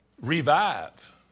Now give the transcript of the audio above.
revive